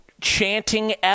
chanting